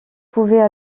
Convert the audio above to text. pouvaient